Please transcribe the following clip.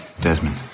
Desmond